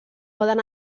poden